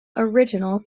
original